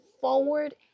forward